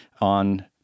on